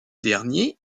dernier